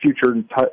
future